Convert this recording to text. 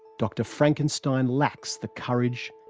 dr frankenstein lacks the courage,